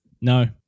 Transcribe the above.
No